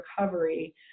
recovery